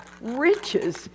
riches